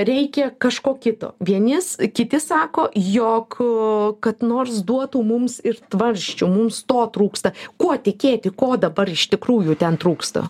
reikia kažko kito vieni s kiti sako jog kad nors duotų mums ir tvarsčių mums to trūksta kuo tikėti ko dabar iš tikrųjų ten trūksta